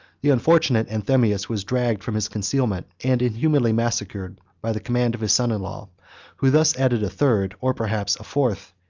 the unfortunate anthemius was dragged from his concealment, and inhumanly massacred by the command of his son-in-law who thus added a third, or perhaps a fourth,